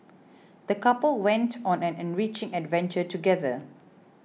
the couple went on an enriching adventure together